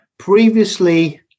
Previously